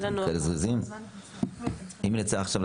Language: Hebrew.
והתייעצנו עם משרד הבריאות בעניין הנושא הביטוחי,